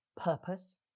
purpose